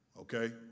Okay